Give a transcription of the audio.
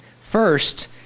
First